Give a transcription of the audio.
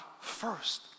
first